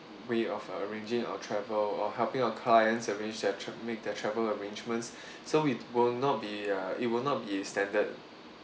way of arranging our travel or helping our clients arrange their tra~ make their travel arrangements so we will not be uh it will not be standard